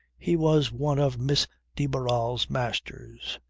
he was one of miss de barral's masters.